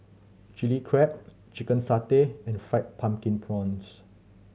Chili Crab chicken satay and Fried Pumpkin Prawns